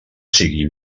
sigui